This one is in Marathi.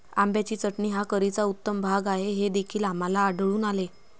आंब्याची चटणी हा करीचा उत्तम भाग आहे हे देखील आम्हाला आढळून आले